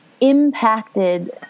impacted